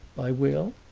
by will?